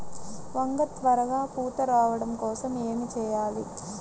వంగ త్వరగా పూత రావడం కోసం ఏమి చెయ్యాలి?